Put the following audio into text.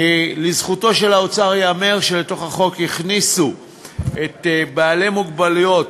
לזכותו של האוצר ייאמר שהכניסו לתוך החוק אנשים עם מוגבלות